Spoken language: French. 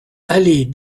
allée